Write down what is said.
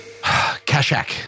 Kashak